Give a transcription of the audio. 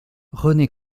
rené